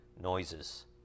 noises